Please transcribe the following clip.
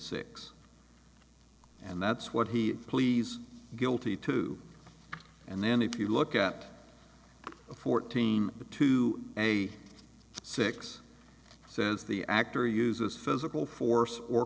six and that's what he pleads guilty to and then if you look at a fourteen to a six says the actor uses physical force or